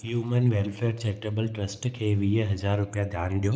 human welfare charitable trust खे वीह हज़ार रुपिया दान ॾियो